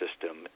system